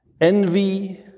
Envy